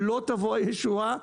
לא תבוא הישועה,